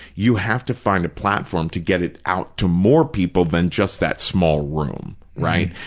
you have to find a platform to get it out to more people than just that small room, right,